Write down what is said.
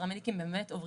עלי